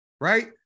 right